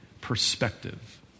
perspective